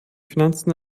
finanzen